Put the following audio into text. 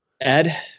Ed